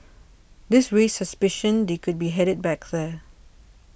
this raised suspicion they could be headed back there